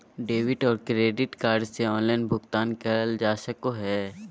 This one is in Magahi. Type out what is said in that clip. डेबिट और क्रेडिट कार्ड से ऑनलाइन भुगतान करल जा सको हय